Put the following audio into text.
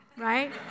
right